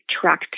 track